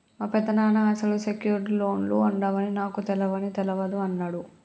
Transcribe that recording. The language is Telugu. మా పెదనాన్న అసలు సెక్యూర్డ్ లోన్లు ఉండవని నాకు తెలవని తెలవదు అన్నడు